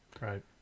Right